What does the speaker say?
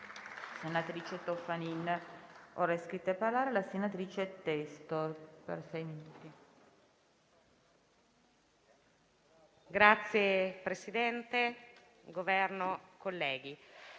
Signor Presidente, Governo, colleghi,